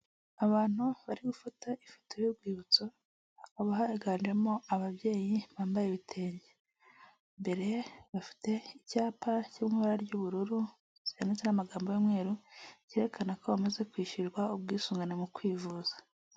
Abantu bari gufata ifoto y'urwibutso hakaba haganjemo ababyeyi bambaye ibitenge, imbere bafite icyapa cy'iri mu ibara ry'ubururu cyanditseho n'amagambo y'umweru cyerekana ko bamaze kwishyurwa ubwisungane mu kwivuza.